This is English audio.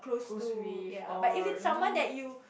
goes with or your know